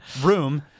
room